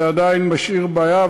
זה עדיין משאיר בעיה,